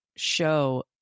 show